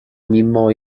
mimo